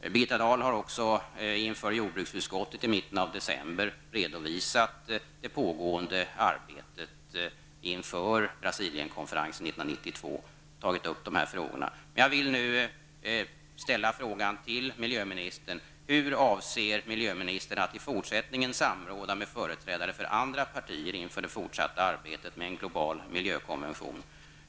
Birgitta Dahl har i mitten av december inför jordbruksutskottet redovisat det pågående arbetet inför Brasilienkonferensen 1992 och tagit upp dessa frågor. Jag vill nu fråga miljöministern: Hur avser miljöministern att i fortsättningen samråda med företrädare för andra partier inför det fortsatta arbetet med en global miljökonvention?